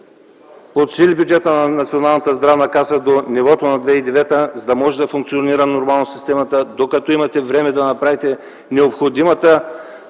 подсили бюджетът на Националната здравноосигурителна каса до нивото на 2009 г., за да може да функционира нормално системата, докато имате време да направите необходимото